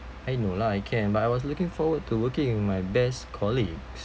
I know lah I can but I was looking forward to working with my best colleagues